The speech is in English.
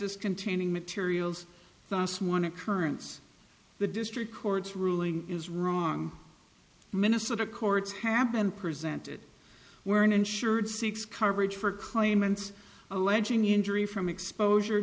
as containing materials thus one occurrence the district court's ruling is wrong minnesota courts have been presented were uninsured six coverage for claimants alleging injury from exposure